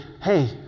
hey